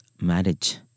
marriage